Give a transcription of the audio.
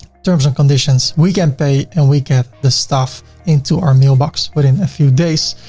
terms and conditions. we can pay and we get the stuff into our mailbox with in a few days.